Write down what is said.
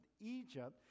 Egypt